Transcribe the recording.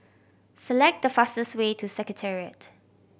select the fastest way to Secretariat